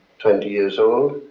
twenty years old,